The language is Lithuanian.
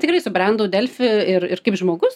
tikrai subrendau delfi ir ir kaip žmogus